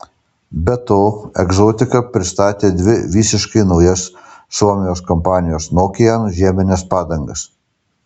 be to egzotika pristatė dvi visiškai naujas suomijos kompanijos nokian žiemines padangas